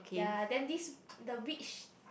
ya then this the witch